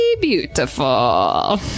beautiful